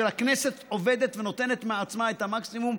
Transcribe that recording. הכנסת עובדת ונותנת מעצמה את המקסימום,